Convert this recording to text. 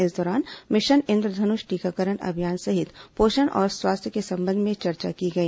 इस दौरान मिशन इंद्रधनुष टीकाकरण अभियान सहित पोषण और स्वास्थ्य के संबंध में चर्चा की गई